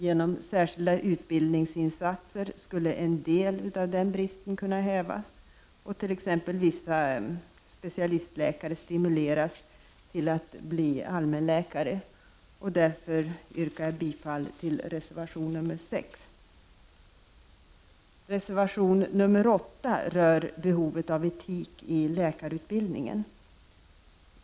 Genom särskilda utbildningsinsatser skulle den bristen åtminstone till en del kunna hävas. Vissa specialistläkare t.ex. skulle stimuleras att bli allmänläkare. Därför yrkar jag bifall till reservation nr 6. Reservation nr 8 rör behovet av etik i läkarutbildningen.